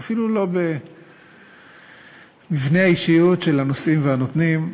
או אפילו לא במבנה האישיות של הנושאים והנותנים,